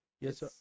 Yes